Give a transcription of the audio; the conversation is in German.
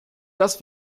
das